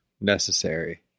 necessary